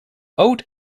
oat